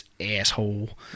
asshole